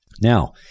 Now